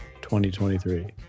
2023